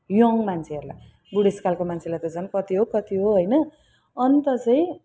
young मान्छेहरूलाई बुढेसकालको मान्छेलाई त झन् कति हो कति हो होइन अन्त चाहिँ